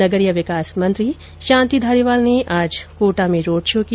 नगरीय विकास मंत्री शांति धारीवाल ने आज कोटा में रोड शो किया